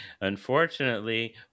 unfortunately